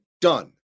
done